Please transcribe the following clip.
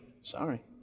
Sorry